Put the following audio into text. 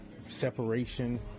separation